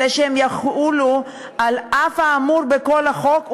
אלא שהם יחולו על אף האמור בכל חוק,